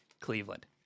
Cleveland